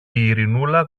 ειρηνούλα